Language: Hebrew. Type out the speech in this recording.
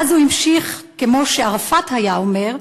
ואז הוא המשיך, כמו שערפאת היה אומר,